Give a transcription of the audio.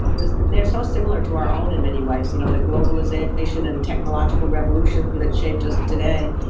because they're so similar to our own in many ways. you know the globalization and technological revolution and that shaped us today,